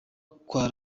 kwa